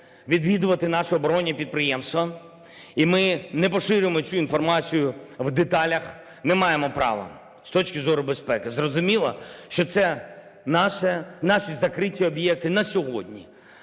відвідувати наші оборонні підприємства, і ми не поширюємо цю інформацію в деталях, не маємо права з точки зору безпеки. Зрозуміло, що це наші закриті об'єкти на сьогодні.